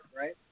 right